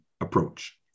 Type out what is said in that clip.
approach